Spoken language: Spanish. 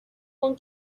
con